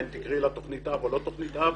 בין אם תקראי לה תוכנית אב או לא תוכנית אב.